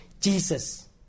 Jesus